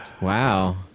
Wow